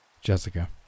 Jessica